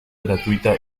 gratuita